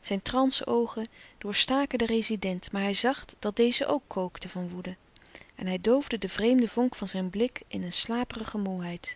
zijn transe oogen doorstaken den rezident maar hij zag dat deze ook kookte van woede en hij doofde den vreemden vonk van zijn blik in een slaperige moêheid